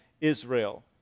Israel